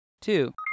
two